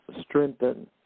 strengthen